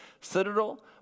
citadel